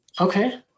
Okay